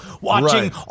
watching